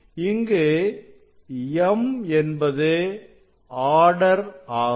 இங்கு m என்பது order ஆகும்